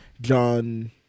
John